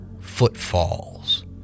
footfalls